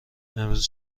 امروز